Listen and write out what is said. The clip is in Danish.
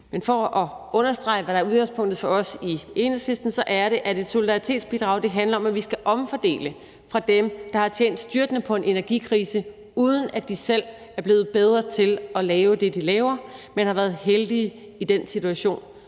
det. For at understrege, hvad der er udgangspunktet for os i Enhedslisten, er det, at et solidaritetsbidrag handler om, at vi skal omfordele fra dem, der har tjent styrtende på en energikrise, uden at de selv er blevet bedre til at lave det, de laver, men har været heldige i en situation,